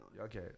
Okay